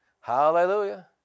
Hallelujah